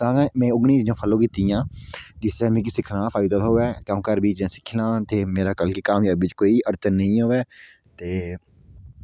तां गै में उऐ नेहियां चीज़ां फॉलो कीतीयां जिस कशा मिगी सिक्खना फायदा थ्होऐ ते अऊं घर बेहियै सिक्खना ते मेरा कल गी कोई कामजाबी च अड़चन नेईं आवै ते